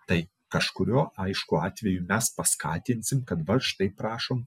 tai kažkurio aišku atveju mes paskatinsime kad va štai prašom